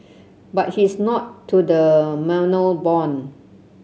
but he is not to the manor born